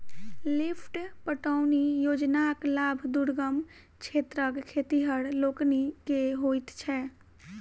lift पटौनी योजनाक लाभ दुर्गम क्षेत्रक खेतिहर लोकनि के होइत छै